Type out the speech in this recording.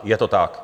Je to tak.